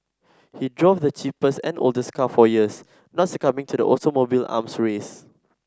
he drove the cheapest and oldest car for years not succumbing to the automobile arms race